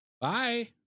Bye